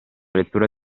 lettura